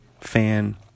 fan